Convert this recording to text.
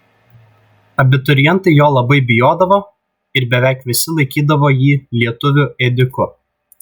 abiturientai jo labai bijodavo ir beveik visi laikydavo jį lietuvių ėdiku